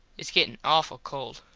its gettin awful cold.